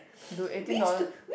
dude eighteen dollar